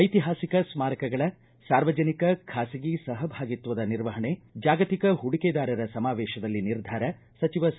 ಐತಿಹಾಸಿಕ ಸ್ಥಾರಕಗಳ ಸಾರ್ವಜನಿಕ ಖಾಸಗಿ ಸಹಭಾಗಿತ್ವದ ನಿರ್ವಹಣೆ ಜಾಗತಿಕ ಹೂಡಿಕೆದಾರರ ಸಮಾವೇಶದಲ್ಲಿ ನಿರ್ಧಾರ ಸಚಿವ ಸಿ